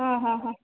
हा हा हा